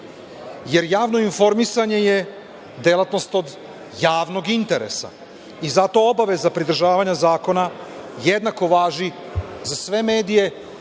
jer javno informisanje je delatnost od javnog interesa, i zato obaveza pridržavanja zakona jednako važi za sve medije